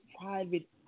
private